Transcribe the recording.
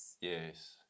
Yes